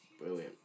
brilliant